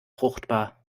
fruchtbar